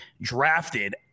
drafted